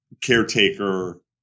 caretaker